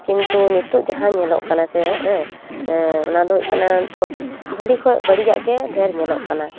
ᱠᱤᱱᱛᱩ ᱱᱤᱛᱳᱜ ᱡᱟᱦᱟᱸ ᱧᱮᱞᱚᱜ ᱠᱟᱱᱟ ᱥᱮ ᱦᱮᱸ ᱚᱱᱟᱫᱚ ᱦᱩᱭᱩᱜ ᱠᱟᱱᱟ ᱱᱤᱛᱳᱜ ᱵᱷᱟᱞᱮ ᱠᱷᱚᱡ ᱵᱟᱹᱲᱤᱡᱟᱜ ᱜᱮ ᱰᱷᱮᱨ ᱧᱮᱞᱚᱜ ᱠᱟᱱᱟ